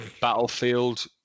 Battlefield